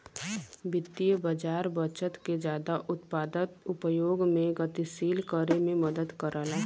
वित्तीय बाज़ार बचत के जादा उत्पादक उपयोग में गतिशील करे में मदद करला